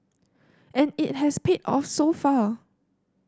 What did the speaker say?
and it has paid off so far